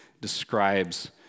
describes